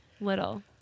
little